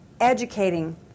educating